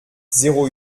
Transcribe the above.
zéro